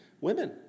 Women